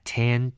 ten